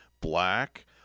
black